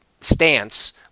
stance